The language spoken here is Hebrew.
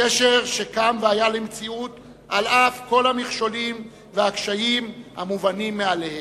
קשר שקם והיה למציאות על אף כל המכשולים והקשיים המובנים מאליהם.